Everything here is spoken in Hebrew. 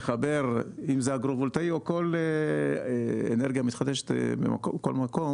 לחבר אגרו-וולטאי או כל אנרגיה מתחדשת בכל מקום